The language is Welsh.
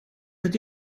ydy